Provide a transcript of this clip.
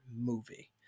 movie